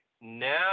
Now